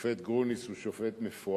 השופט גרוניס הוא שופט מפואר,